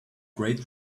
great